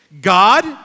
God